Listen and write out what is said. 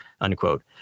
unquote